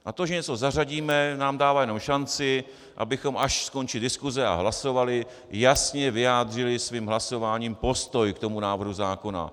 To, že něco zařadíme, nám dává jenom šanci, abychom, až skončí diskuse, hlasovali a jasně vyjádřili svým hlasováním postoj k tomu návrhu zákona.